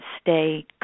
stay